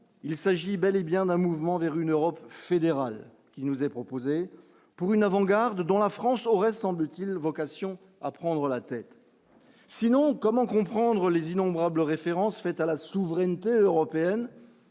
il s'agit bel et bien un mouvement vers une Europe fédérale, qui nous est proposé pour une avant-garde, dont la France aurait semble-t-il vocation à prendre la tête, sinon comment comprendre les innombrables références faites à la souveraineté européenne